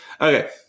Okay